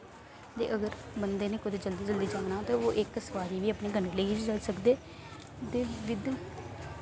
ते अगर बंदे नै कुते जल्दी जल्दी जाना हो ते ओ इक सोआरी बी अपने कन्नै लेइयै जाई सकदे ते विद